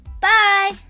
Bye